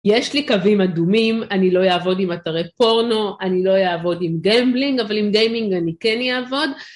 יש לי קווים אדומים, אני לא אעבוד עם אתרי פורנו, אני לא אעבוד עם גיימבלינג, אבל עם גיימינג אני כן אעבוד.